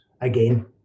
Again